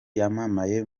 yamamaye